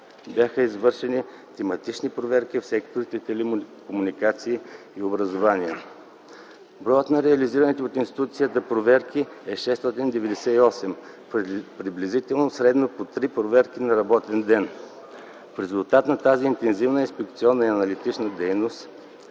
Бяха извършени тематични проверки в секторите комуникации и образование. Броят на реализираните от институцията проверки е 698, приблизително средно по три проверки на работен ден. В резултат на тази интензивна инспекционна и аналитична дейност,